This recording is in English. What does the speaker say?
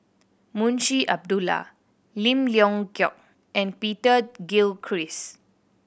Munshi Abdullah Lim Leong Geok and Peter Gilchrist